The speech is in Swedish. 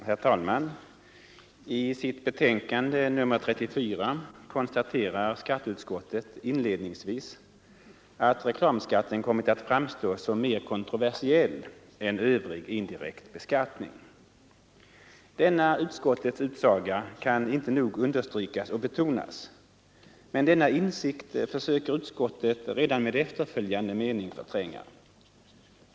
Herr talman! I sitt betänkande nr 34 konstaterar skatteutskottet inledningsvis att reklamskatten kommit att framstå som mer kontroversiell än övrig indirekt beskattning. Denna utskottets utsaga kan inte nog understrykas och betonas. Men denna insikt försöker utskottet redan med efterföljande mening förtränga.